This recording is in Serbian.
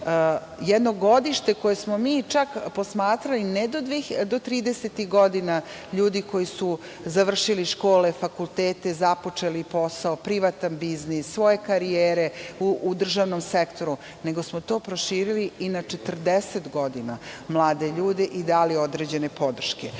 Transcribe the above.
Jedno godište koje smo mi posmatrali ne do tridesetih godina ljudi koji su završili škole, fakultete, započeo posao, privatan biznis, svoje karijere u državnom sektoru, nego smo to proširili i na 40 godina mlade ljude i dali određene podrške. Kada